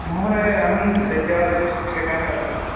महोदयः अहं विद्यालये शिक्षकः अस्मि